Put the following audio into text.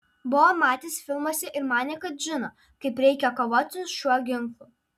buvo matęs filmuose ir manė kad žino kaip reikia kovoti šiuo ginklu